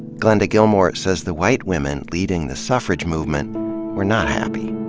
glenda gilmore says the white women leading the suffrage movement were not happy.